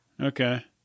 Okay